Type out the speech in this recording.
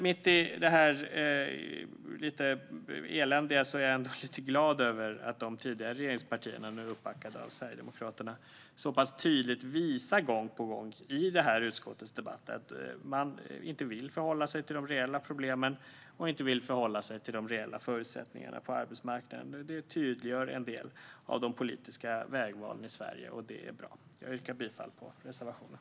Mitt i detta eländiga är jag ändå lite glad över att de tidigare regeringspartierna, nu uppbackade av Sverigedemokraterna, så pass tydligt visar gång på gång i det här utskottets debatter att man inte vill förhålla sig till de reella problemen och de reella förutsättningarna på arbetsmarknaden. Det tydliggör en del av de politiska vägvalen i Sverige, och det är bra. Jag yrkar bifall till reservationen.